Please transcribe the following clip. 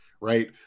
right